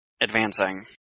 advancing